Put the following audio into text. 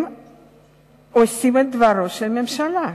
הם עושים את דברה של הממשלה.